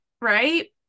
right